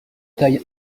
taille